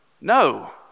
No